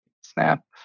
snap